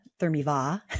Thermiva